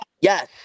Yes